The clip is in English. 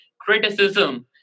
criticism